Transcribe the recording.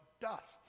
dust